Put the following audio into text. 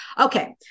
Okay